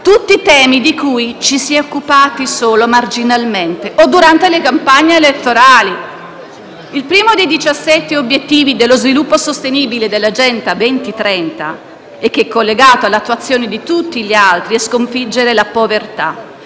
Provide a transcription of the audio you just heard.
tutti temi di cui ci si è occupati solo marginalmente o durante le campagne elettorali. Il primo dei 17 obiettivi di sviluppo sostenibile dell'Agenda 2030, collegato all'attuazione di tutti gli altri, è sconfiggere la povertà.